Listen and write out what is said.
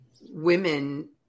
women